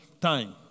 time